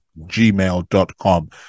gmail.com